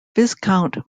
viscount